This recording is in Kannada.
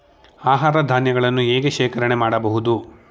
ಆಹಾರ ಧಾನ್ಯಗಳನ್ನು ಹೇಗೆ ಶೇಖರಣೆ ಮಾಡಬಹುದು?